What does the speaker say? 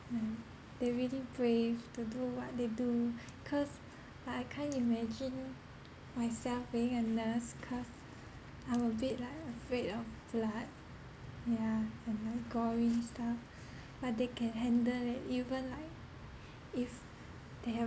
and they're really brave to do what they do cause like I can't imagine myself being a nurse cause I'm a bit like afraid of blood yeah and like gory stuff but they can handle it even like if they have